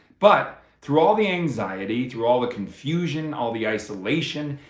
but through all the anxiety, through all the confusion, all the isolation,